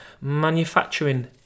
manufacturing